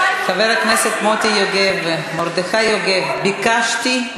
חבר הכנסת מוטי יוגב, מרדכי יוגב, ביקשתי.